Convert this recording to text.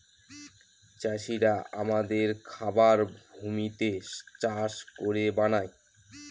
চাষিরা আমাদের খাবার ভূমিতে চাষ করে বানায়